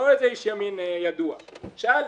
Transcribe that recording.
לא איזה איש ימין ידוע, שאל,